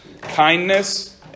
kindness